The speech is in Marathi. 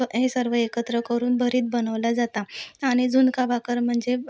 ब हे सर्व एकत्र करून भरीत बनवल्या जातात आणि झुणका भाकर म्हणजे